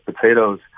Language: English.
potatoes